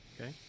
okay